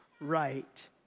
right